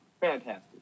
fantastic